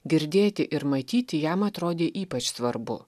girdėti ir matyti jam atrodė ypač svarbu